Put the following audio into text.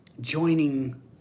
joining